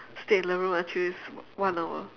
stay in the room until it's one hour